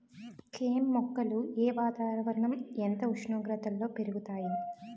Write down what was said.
కెమ్ మొక్కలు ఏ వాతావరణం ఎంత ఉష్ణోగ్రతలో పెరుగుతాయి?